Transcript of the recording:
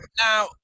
now